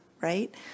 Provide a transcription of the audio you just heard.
right